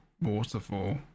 waterfall